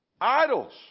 Idols